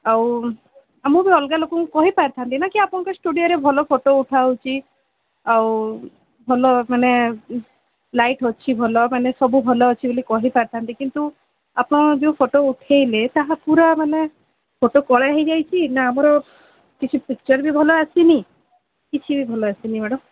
ଆଉ ମୁଁ ବି ଅଲଗା ଲୋକଙ୍କୁ କହିପାରିଥାନ୍ତି ନା କି ଆପଣଙ୍କ ଷ୍ଟୁଡ଼ିଓରେ ଭଲ ଫଟୋ ଉଠା ହେଉଛି ଆଉ ଭଲ ମାନେ ଲାଇଟ୍ ଅଛି ଭଲ ମାନେ ସବୁ ଭଲ ଅଛି ବୋଲି କହିପାରିଥାନ୍ତି କିନ୍ତୁ ଆପଣ ଯୋଉ ଫଟୋ ଉଠେଇଲେ ତାହା ପୁରା ମାନେ ଫଟୋ କଳା ହୋଇଯାଇଛି ନା ଆମର କିଛି ପିକଚର୍ ବି ଭଲ ଆସିନି କିଛି ବି ଭଲ ଆସିନି ମ୍ୟାଡମ୍